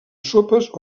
sopes